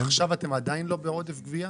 אבל עכשיו אתם עדיין לא בעודף גבייה?